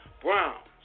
Browns